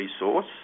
resource